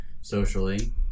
socially